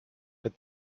but